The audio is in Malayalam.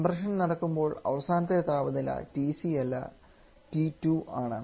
കംപ്രഷൻ നടക്കുമ്പോൾ അവസാനത്തെ താപനില TC അല്ല T2 ആണ്